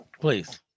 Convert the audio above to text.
Please